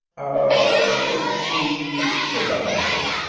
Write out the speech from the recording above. o let's see, said the hatter,